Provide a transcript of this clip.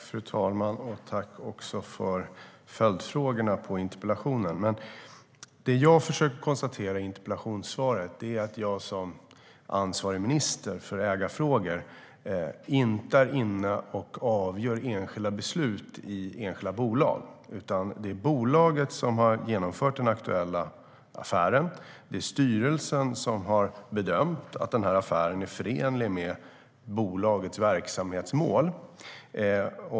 Fru talman! Jag tackar för följdfrågorna. Det som jag har försökt konstatera i interpellationssvaret är att jag som ansvarig minister för ägarfrågor inte är inne och avgör enskilda beslut i enskilda bolag, utan det är bolaget som har genomfört den aktuella affären, och det är styrelsen som har bedömt att den här affären är förenlig med bolagets verksamhetsmål.